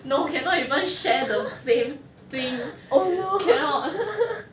no cannot even share the same thing cannot